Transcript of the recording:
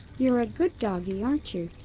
you're a good doggy, aren't you?